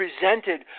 presented